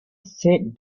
sat